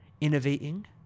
innovating